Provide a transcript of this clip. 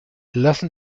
lassen